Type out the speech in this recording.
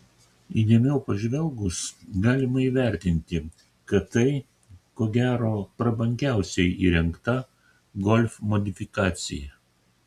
įdėmiau pažvelgus galima įvertinti kad tai ko gero prabangiausiai įrengta golf modifikacija